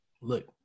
look